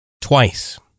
Twice